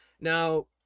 now